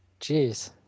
Jeez